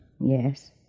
Yes